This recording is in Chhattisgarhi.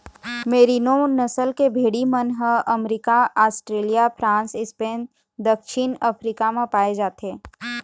मेरिनों नसल के भेड़ी मन ह अमरिका, आस्ट्रेलिया, फ्रांस, स्पेन, दक्छिन अफ्रीका म पाए जाथे